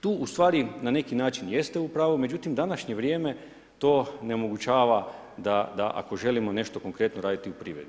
Tu u stvari na neki način jeste u pravu, međutim današnje vrijeme to onemogućava da ako želimo nešto konkretno raditi u privredi.